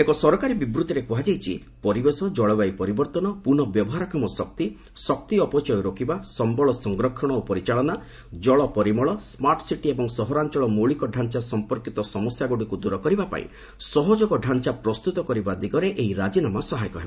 ଏକ ସରକାରୀ ବିବୃତ୍ତିରେ କୁହାଯାଇଛି ପରିବେଶ ଜଳବାୟୁ ପରିବର୍ତ୍ତନ ପୁନଃ ବ୍ୟବହାରକ୍ଷମ ଶକ୍ତି ଶକ୍ତି ଅପଚୟ ରୋକିବା ସମ୍ଭଳ ସଂରକ୍ଷଣ ଓ ପରିଚାଳନା ଜଳ ପରିମଳ ସ୍କାର୍ଟସିଟି ଏବଂ ସହରାଞ୍ଚଳ ମୌଳିକ ଢାଞ୍ଚା ସଂପର୍କୀତ ସମସ୍ୟାଗୁଡ଼ିକୁ ଦୂର କରିବା ପାଇଁ ସହଯୋଗ ଢାଞ୍ଚା ପ୍ରସ୍ତୁତ କରିବା ଦିଗରେ ଏହି ରାଜିନାମା ସହାୟକ ହେବ